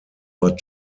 but